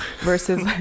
versus